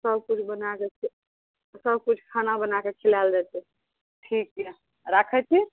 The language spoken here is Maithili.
सब किछु बना कऽ सब किछु खाना बना कऽ खिलाएल जेतै ठीक यऽ राखै छी